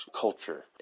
culture